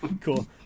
cool